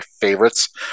favorites